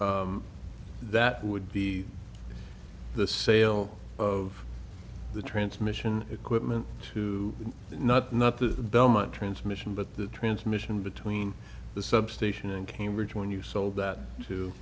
that would be the sale of the transmission equipment to not not the belmont transmission but the transmission between the substation and cambridge when you sold that to